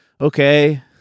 okay